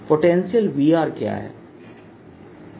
potential V क्या है